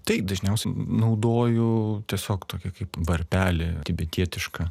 tai dažniausiai naudoju tiesiog tokį kaip varpelį tibetietišką